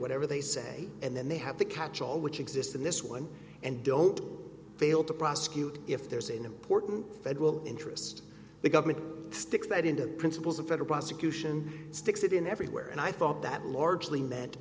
whatever they say and then they have the catchall which exist in this one and don't fail to prosecute if there's an important federal interest the government sticks that into principles of federal prosecution sticks it in everywhere and i thought that largely m